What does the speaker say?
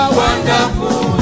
wonderful